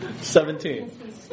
Seventeen